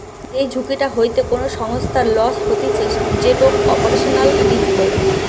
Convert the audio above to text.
যেই ঝুঁকিটা হইতে কোনো সংস্থার লস হতিছে যেটো অপারেশনাল রিস্ক বলে